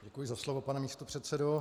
Děkuji za slovo, pane místopředsedo.